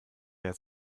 wer